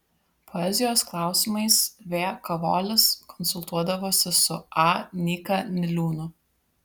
poezijos klausimais v kavolis konsultuodavosi su a nyka niliūnu